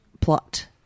plot